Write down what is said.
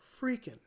freaking